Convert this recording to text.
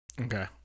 Okay